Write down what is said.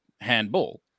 handball